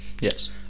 Yes